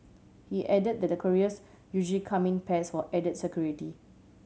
he added that the couriers usually come in pairs for added security